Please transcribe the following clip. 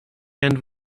end